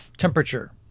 Temperature